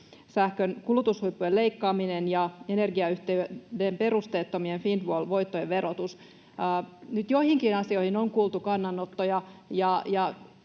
sähkön kulutushuippujen leikkaaminen ja energiayhtiöiden perusteettomien windfall-voittojen verotus. Nyt joihinkin asioihin on kuultu kannanottoja,